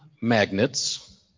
magnets